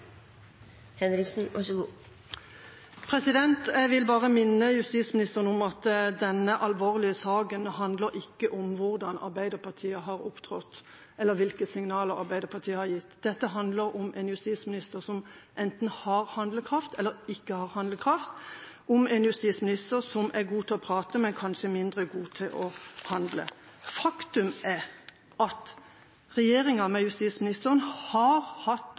Jeg vil bare minne justisministeren om at denne alvorlige saken ikke handler om hvordan Arbeiderpartiet har opptrådt, eller hvilke signaler Arbeiderpartiet har gitt. Dette handler om en justisminister som enten har eller ikke har handlekraft, om en justisminister som er god til å prate, men kanskje mindre god til å handle. Faktum er at regjeringa med justisministeren har hatt